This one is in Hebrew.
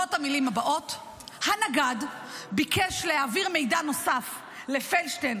כתובות המילים הבאות: הנגד ביקש להעביר מידע נוסף לפלדשטיין,